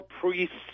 priests